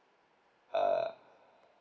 err